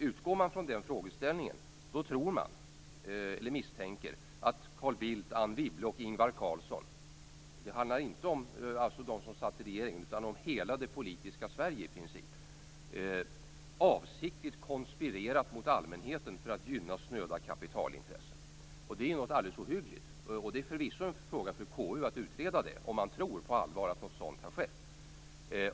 Utgår man från den frågeställningen, då misstänker man att Carl Bildt, Anne Wibble och Ingvar Carlsson - det handlar alltså inte bara om dem som satt med i regeringen utan i princip om hela det politiska Sverige - avsiktligt konspirerat mot allmänheten för att gynna snöda kapitalintressen. Detta är något alldeles ohyggligt, och det är förvisso en fråga för KU att utreda detta, om man på allvar tror att något sådant har skett.